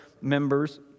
members